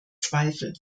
zweifel